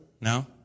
no